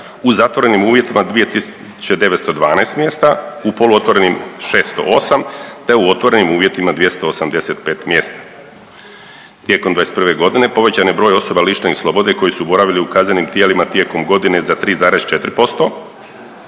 u zatvorenim uvjetima 2912 mjesta, u polu otvorenim 608, te u otvorenim uvjetima 285 mjesta. Tijekom 2021. godine povećan je broj osoba lišenih slobode koji su boravili u kaznenim tijelima tijekom godine za 3,4%